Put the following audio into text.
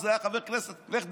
אז הוא היה חבר כנסת: לך,